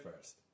first